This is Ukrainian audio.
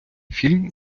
фільм